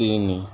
ତିନି